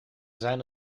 zijn